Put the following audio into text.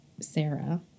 Sarah